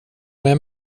med